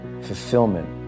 fulfillment